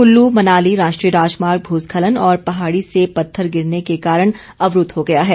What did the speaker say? कुल्लू मनाली राष्ट्रीय राजमार्ग भूस्खलन और पहाड़ी से पत्थर गिरने के कारण अवरूद्व हो गया है